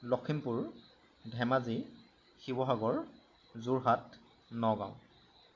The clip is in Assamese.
লক্ষীমপুৰ ধেমাজী শিৱসাগৰ যোৰহাট নগাঁও